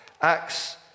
Acts